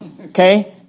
Okay